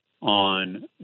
on